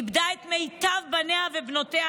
היא איבדה את מיטב בניה ובנותיה,